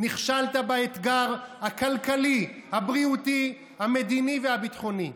נכשלת באתגר הכלכלי, הבריאותי, המדיני והביטחוני.